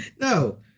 No